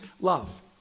Love